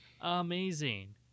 amazing